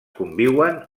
conviuen